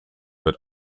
but